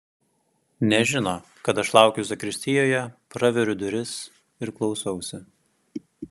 nežino kad aš laukiu zakristijoje praveriu duris ir klausausi